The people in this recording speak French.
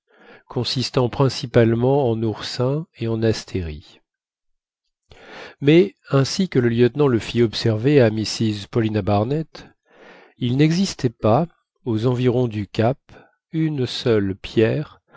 consistant principalement en oursins et en astéries mais ainsi que le lieutenant le fit observer à mrs paulina barnett il n'existait pas aux environs du cap une seule pierre